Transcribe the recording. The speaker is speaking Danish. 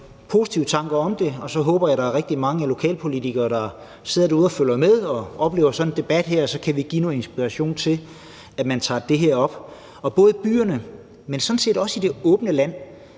positive tanker om det, og så håber jeg, at der er rigtig mange lokalpolitikere, der sidder derude og følger med, og som oplever sådan en debat her, for så kan vi give dem noget inspiration til, at de tager det her op både i byerne, men sådan set også, når det gælder